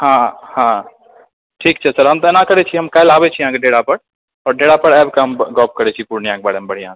हँ हँ ठीक छै सर हम तऽ एना करैत छी हम काल्हि आबैत छी अहाँकेँ डेरा पर आओर डेरा पर आबि कऽ गप करैत छी पूर्णियाके बारेमे बढ़िआँसँ